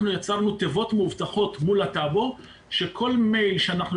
אנחנו יצרנו תיבות מאובטחות מול הטאבו שכל מייל שאנחנו